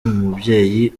umubyeyi